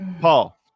paul